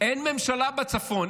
אין ממשלה בצפון.